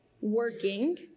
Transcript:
working